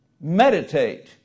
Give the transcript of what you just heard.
Meditate